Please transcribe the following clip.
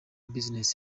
business